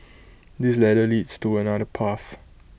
this ladder leads to another path